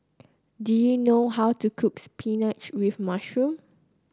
do you know how to cook spinach with mushroom